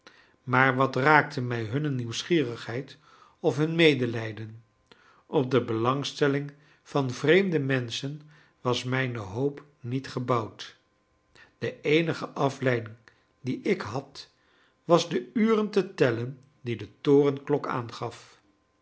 maar wat raakte mij hunne nieuwsgierigheid of hun medelijden op de belangstelling van vreemde menschen was mijne hoop niet gebouwd de eenige afleiding die ik had was de uren te tellen die de torenklok aangaf